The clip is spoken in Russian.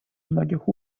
многих